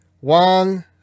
One